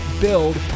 build